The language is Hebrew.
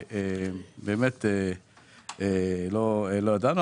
כל כך ותיקה שבאמת לא ידענו.